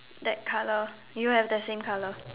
that color you have the same color